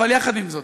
אבל יחד עם זאת,